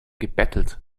gebettelt